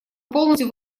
полностью